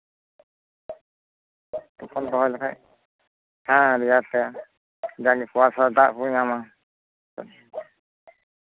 ᱛᱚᱠᱷᱚᱱ ᱨᱚᱦᱚᱭ ᱞᱮᱠᱷᱟᱱ ᱦᱮᱸ ᱨᱮᱭᱟᱲ ᱛᱮ ᱡᱟᱜᱮ ᱠᱩᱣᱟᱥᱟ ᱫᱟᱜ ᱠᱚᱭ ᱧᱟᱢᱟ